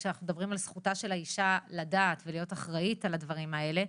כשאנחנו מדברים על זכותה של האישה לדעת ולהיות אחראית על הדברים האלה.